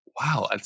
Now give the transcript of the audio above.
wow